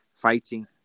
fighting